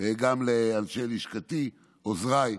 גם לאנשי לשכתי, עוזריי,